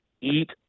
Eat